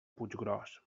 puiggròs